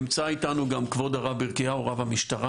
נמצא איתנו גם כבוד הרב ברכיהו רב המשטרה